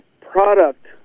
product